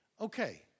Okay